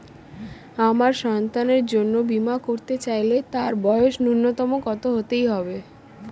আমার সন্তানের জন্য বীমা করাতে চাইলে তার বয়স ন্যুনতম কত হতেই হবে?